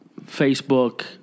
Facebook